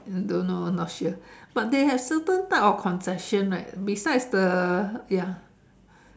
I don't know not sure but they have certain type of concession eh beside the ya